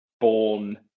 born